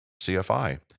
CFI